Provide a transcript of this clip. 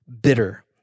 bitter